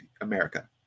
America